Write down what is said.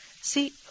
See